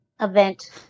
event